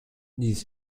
this